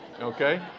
Okay